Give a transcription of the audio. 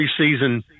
preseason